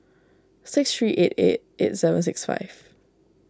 six three eight eight eight seven six five